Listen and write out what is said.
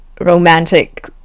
romantic